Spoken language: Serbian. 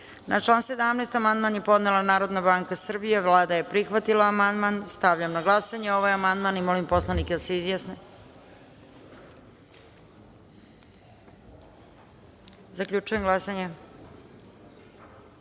član 17. amandman je podnela Narodna banka Srbije. Vlada je prihvatila amandman. Stavljam na glasanje ovaj amandman. Molim narodne poslanike da se izjasne. Zaključujem glasanje: